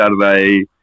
Saturday